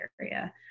area